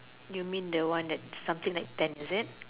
you mean the one that something like tent is it